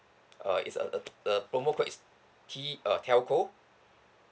uh is uh uh the promo code is T uh telco